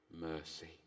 mercy